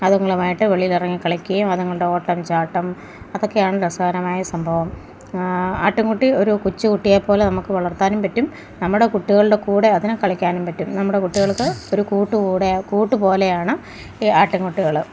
അതുങ്ങളുമായിട്ട് വെളിയിൽ ഇറങ്ങി കളിക്കുകയും അതുങ്ങളുടെ ഓട്ടം ചാട്ടം അതൊക്കെയാണ് രസകരമായ സംഭവം ആട്ടിൻകുട്ടി ഒരു കൊച്ചുകുട്ടിയെപ്പോലെ നമുക്ക് വളർത്താനും പറ്റും നമ്മുടെ കുട്ടികളുടെ കൂടെ അതിന് കളിക്കാനും പറ്റും നമ്മുടെ കുട്ടികൾക്ക് ഒരു കൂട്ടുകൂടെ കൂട്ട് പോലെയാണ് ഈ ആട്ടിൻകുട്ടികൾ